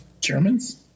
Germans